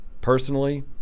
Personally